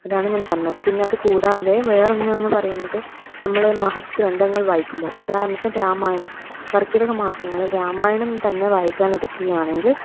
അതാണ് ഞാൻ പറഞ്ഞത് പിന്നെ അത് കൂടാതെ വേറൊന്ന് എന്ന് പറയുന്നത് നമ്മൾ മഹത് ഗ്രന്ഥങ്ങൾ വായിക്കുമ്പോൾ ഉദാഹരണത്തിന് രാമായണം കർക്കിടക മാസങ്ങളിൽ രാമായണം തന്നെ വായിക്കാൻ എടുക്കുകയാണെങ്കിൽ